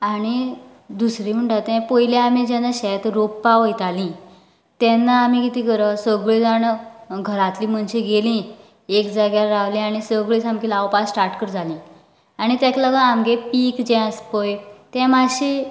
आनी दुसरे म्हणटा तें पयली आमी जेन्ना शेत रोवपाक वयताली तेन्ना आमी कितें करतालीं सगळीं जाण घरांतली मनशां गेली एक जाग्यार रावली आनी सगळीं सामकी लावपाक स्टार्ट करताली आनी ताका लागून आमगेले पीक जे आसा पळय तें मातशें